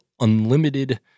unlimited